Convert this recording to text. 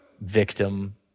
victim